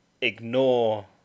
ignore